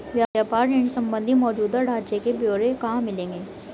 व्यापार ऋण संबंधी मौजूदा ढांचे के ब्यौरे कहाँ मिलेंगे?